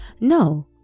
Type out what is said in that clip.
no